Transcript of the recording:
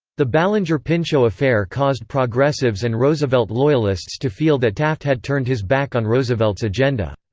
the ballinger-pinchot affair caused progressives and roosevelt loyalists to feel that taft had turned his back on roosevelt's agenda.